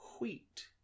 Wheat